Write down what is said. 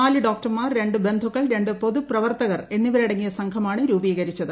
നാ്ല് ഡോക്ടർമാർ രണ്ട് ബന്ധുക്കൾ രണ്ട് പൊതു പ്രവർത്തകർ എന്നിവരടങ്ങിയ സംഘമാണ് രൂപീകരിച്ചത്